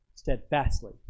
steadfastly